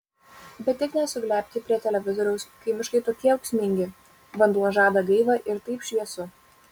bet tik ne suglebti prie televizoriaus kai miškai tokie ūksmingi vanduo žada gaivą ir taip šviesu